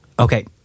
Okay